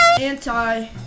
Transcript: Anti